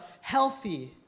healthy